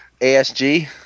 ASG